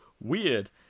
weird